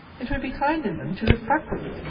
it would be kind in them to look backward,